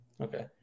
Okay